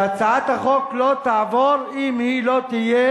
שהצעת החוק לא תעבור אם היא לא תהיה